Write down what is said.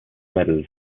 medals